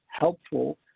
helpful